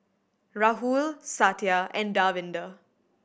Rahul Satya and Davinder